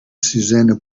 sisena